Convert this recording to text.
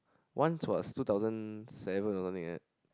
once was two thousand seven or something like that